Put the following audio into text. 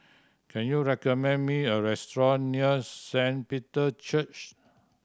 can you recommend me a restaurant near Saint Peter Church